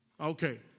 Okay